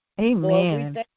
Amen